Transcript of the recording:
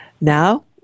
Now